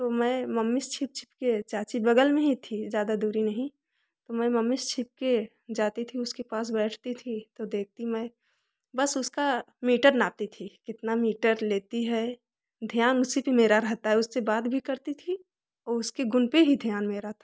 तो मैं मम्मी से छिप छिप के चाची बगल में ही थी ज़्यादा दूरी नहीं मैं मम्मी से छिप के जाती थी उसके पास बैठती थी तो देखती मैं बस उसका मीटर नापती थी कितना मीटर लेती है ध्यान उसी पे मेरा रहता है उससे बात भी करती थी और उसके गुण पे ही ध्यान मेरा